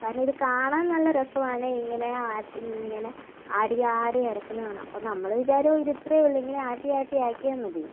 കാരണം ഇത് കാണാൻ നല്ല രസമാണ് ഇങ്ങനെ ഇങ്ങനെ ആടി ആടി അരക്കുന്നത് കാണാൻ അപ്പോൾ നമ്മൾ വിചാരം ഇത് ഇത്രയേ ഉളളൂ ആട്ടിയാട്ടി ആക്കിയാൽ മതിയെന്ന്